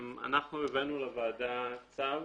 אנחנו הבאנו לוועדה צו